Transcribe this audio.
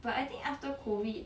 but I think after COVID